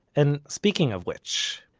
and, speaking of which,